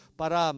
para